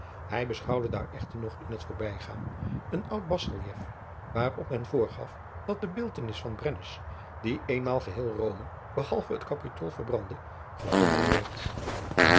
hij beschouwde daar echter nog in het voorbijgaan een oud basrelief waarop men voorgaf dat de beeldtenis van brennus die eenmaal geheel rome behalve het kapitool verbrandde gevonden werd